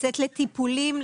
לצאת לטיפולים,